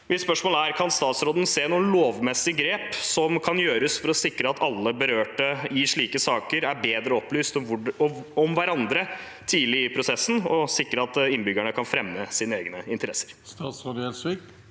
Kan statsråden se noen lovmessige grep som kan gjøres for å sikre at alle berørte i slike saker er bedre opplyst om hverandre tidlig i prosessen, og sikre at innbyggerne kan fremme sine egne interesser?